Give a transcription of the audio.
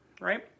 right